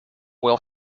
will